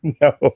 No